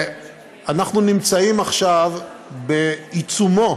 אנחנו נמצאים עכשיו בעיצומו